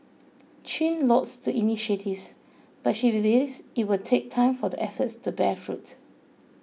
Chin lauds the initiatives but she believes it will take time for the efforts to bear fruit